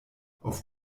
auf